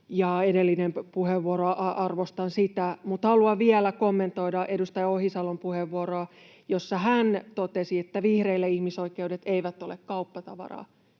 edellistä puheenvuoroa. Mutta haluan vielä kommentoida edustaja Ohisalon puheenvuoroa, jossa hän totesi, että vihreille ihmisoikeudet eivät ole kauppatavaraa.